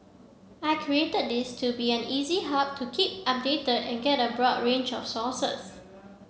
I created this to be an easy hub to keep updated and get a broad range of sources